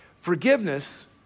Forgiveness